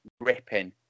ripping